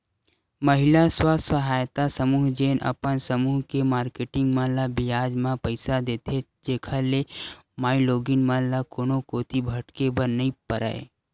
महिला स्व सहायता समूह जेन अपन समूह के मारकेटिंग मन ल बियाज म पइसा देथे, जेखर ले माईलोगिन मन ल कोनो कोती भटके बर नइ परय